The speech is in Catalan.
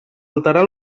alterar